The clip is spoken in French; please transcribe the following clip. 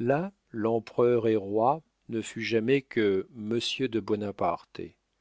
là l'empereur et roi ne fut jamais que monsieur de buonaparte